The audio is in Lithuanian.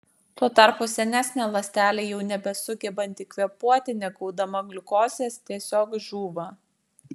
tuo tarpu senesnė ląstelė jau nebesugebanti kvėpuoti negaudama gliukozės tiesiog žūva